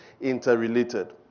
interrelated